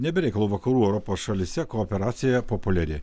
ne be reikalo vakarų europos šalyse kooperacija populiari